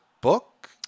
book